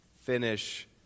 finish